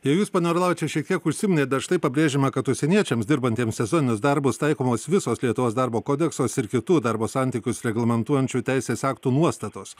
jau jūs pone orlavičiau šiek tiek užsiminėte štai pabrėžiama kad užsieniečiams dirbantiems sezoninius darbus taikomos visos lietuvos darbo kodekso ir kitų darbo santykius reglamentuojančių teisės aktų nuostatos